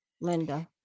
Linda